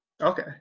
okay